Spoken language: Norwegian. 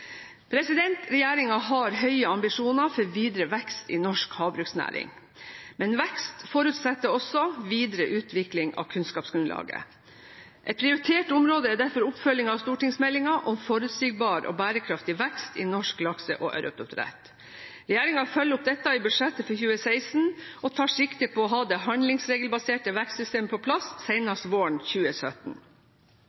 har høye ambisjoner for videre vekst i norsk havbruksnæring. Men vekst forutsetter også videre utvikling av kunnskapsgrunnlaget. Et prioritert område er derfor oppfølgingen av stortingsmeldingen om forutsigbar og bærekraftig vekst i norsk lakse- og ørretoppdrett. Regjeringen følger opp dette i budsjettet for 2016 og tar sikte på å ha det handlingsregelbaserte vekstsystemet på plass senest våren 2017.